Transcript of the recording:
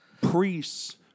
priests